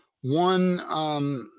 One